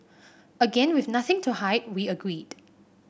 again with nothing to hide we agreed